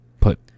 put